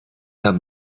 herr